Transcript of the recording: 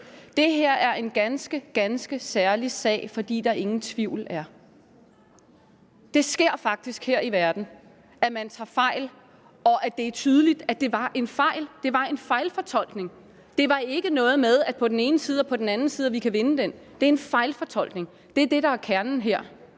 Det her er en ganske, ganske særlig sag, fordi der ingen tvivl er. Det sker faktisk her i verden, at man tager fejl, og det er tydeligt, at det var en fejl. Det var en fejlfortolkning. Det var ikke noget med på den ene side og på den anden side og noget med, at vi kan vinde sagen. Det er en fejlfortolkning. Det er det, der er kernen her.